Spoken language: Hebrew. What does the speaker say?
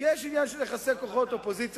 כי יש עניין של יחסי כוחות אופוזיציה-קואליציה.